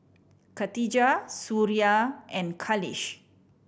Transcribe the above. Khatijah Suria and Khalish